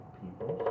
people